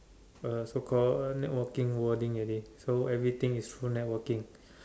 uh so called uh networking wording already so everything is for networking